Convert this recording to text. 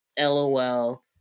LOL